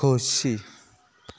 खोशी